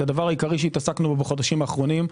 זה הדבר העיקרי שהתעסקנו בו בחודשים הקרובים.